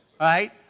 right